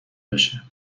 بشه